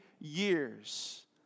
years